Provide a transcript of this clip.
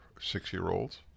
six-year-olds